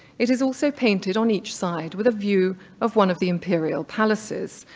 it is also painted on each side with a view of one of the imperial palaces,